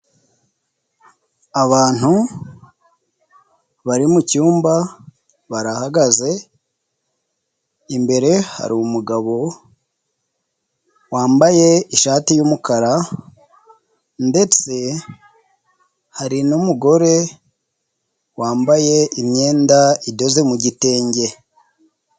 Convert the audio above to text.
Abantu bari mu cyumba bahagaze imbere hari umugabo wambaye ishati y'umukara ndetse hari n'umugore wambaye imyenda idoeze mu gitenge.